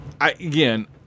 Again